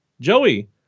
Joey